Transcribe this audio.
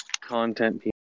content